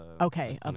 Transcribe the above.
okay